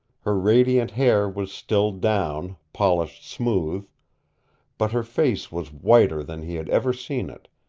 her radiant hair was still down, polished smooth but her face was whiter than he had ever seen it,